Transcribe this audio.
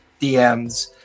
DMs